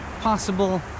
possible